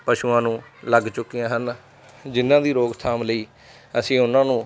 ਪਸ਼ੂਆਂ ਨੂੰ ਲੱਗ ਚੁੱਕੀਆਂ ਹਨ ਜਿਹਨਾਂ ਦੀ ਰੋਕਥਾਮ ਲਈ ਅਸੀਂ ਉਹਨਾਂ ਨੂੰ